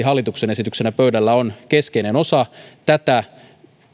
hallituksen esityksenä pöydällä on keskeinen osa tätä